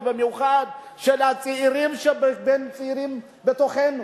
ובמיוחד של הצעירים בתוכנו,